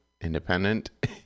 independent